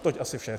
Toť asi vše.